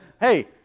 hey